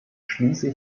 schließe